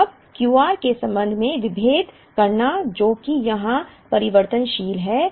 तो अब Q r के संबंध में विभेद करना जो कि यहाँ परिवर्तनशील है